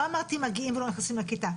לא אמרתי מגיעים ולא נכנסים לכיתה.